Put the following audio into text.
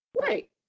Right